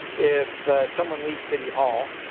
if someone leaves city hall.